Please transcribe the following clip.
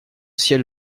ciel